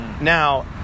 Now